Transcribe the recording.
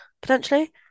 potentially